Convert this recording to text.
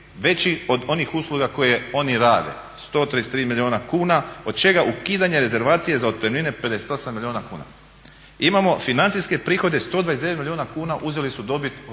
veći od onih usluga koje oni rade 133 milijuna kuna od čega ukidanje rezervacije za otpremnine 58 milijuna kuna. Imamo financijske prihode 129 milijuna kuna, uzeli su dobit